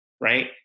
Right